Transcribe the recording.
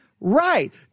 right